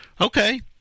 Okay